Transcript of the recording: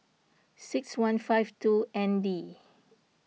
six one five two N D